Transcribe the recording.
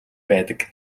байдаг